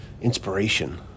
inspiration